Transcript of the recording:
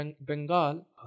Bengal